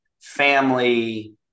family